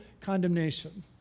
condemnation